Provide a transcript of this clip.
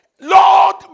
Lord